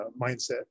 mindset